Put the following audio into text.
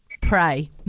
pray